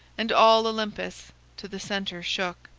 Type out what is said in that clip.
and all olympus to the centre shook.